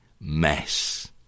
mess